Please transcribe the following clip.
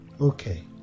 Okay